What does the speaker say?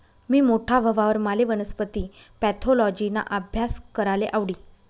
मी मोठा व्हवावर माले वनस्पती पॅथॉलॉजिना आभ्यास कराले आवडी